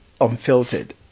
unfiltered